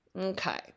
Okay